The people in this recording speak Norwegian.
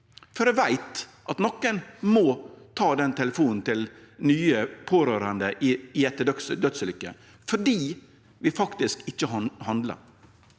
for eg veit at nokon må ta den telefonen til nye pårørande etter dødsulykker fordi vi ikkje handlar.